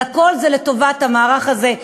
אבל הכול זה לטובת המערך הזה.